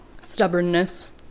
Stubbornness